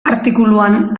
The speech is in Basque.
artikuluan